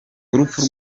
urupfu